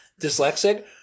dyslexic